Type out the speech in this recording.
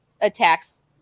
attacks